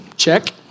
check